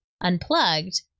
Unplugged